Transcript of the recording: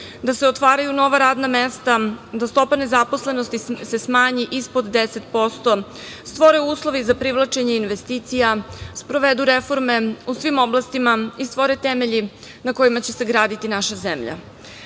da se otvaraju nova radna mesta, da stopa nezaposlenosti se smanji ispod 10%, stvore uslovi za privlačenje investicija, sprovedu reforme u svim oblastima i stvore temelji na kojima će se graditi naša zemlja. Srbija